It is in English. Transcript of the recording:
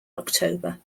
october